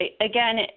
Again